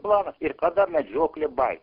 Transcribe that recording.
planas ir kada medžioklė baigsis